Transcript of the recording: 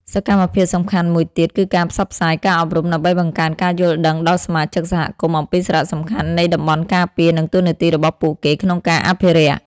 សកម្មភាពសំខាន់មួយទៀត គឺការផ្សព្វផ្សាយ ការអប់រំ ដើម្បីបង្កើនការយល់ដឹងដល់សមាជិកសហគមន៍អំពីសារៈសំខាន់នៃតំបន់ការពារ និងតួនាទីរបស់ពួកគេក្នុងការអភិរក្ស។